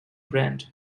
brand